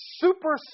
super